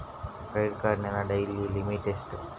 Credit ಕಾರ್ಡಿನ daily limit ಎಷ್ಟು?